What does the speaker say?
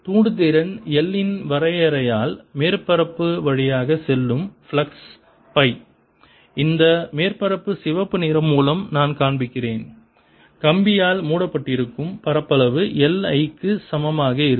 தூண்டுதிறன் L இன் வரையறையால் மேற்பரப்பு வழியாக செல்லும் ஃப்ளக்ஸ் சை இந்த மேற்பரப்பு சிவப்பு நிறம் மூலம் நான் காண்பிப்பேன் கம்பியால் மூடப்பட்டிருக்கும் பரப்பளவு L I க்கு சமமாக இருக்கும்